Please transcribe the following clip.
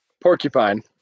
Porcupine